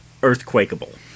earthquakeable